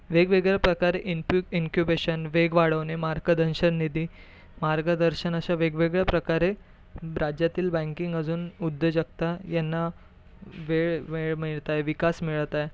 वेगवेगळ्या प्रकारे इनकू इंक्यूबेशन वेग वाढवणे मार्कदंशन निधी मार्गदर्शन अशा वेगवेगळ्या प्रकारे राज्यातील बँकिंग अजून उद्योजकता यांना वेळ वेळ मिळत आहे विकास मिळत आहे